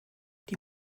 die